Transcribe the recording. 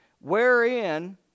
Wherein